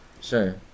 Sure